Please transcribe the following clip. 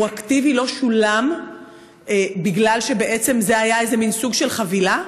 הרטרואקטיבי לא שולם בגלל שבעצם זה היה איזה מין סוג של חבילה?